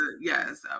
yes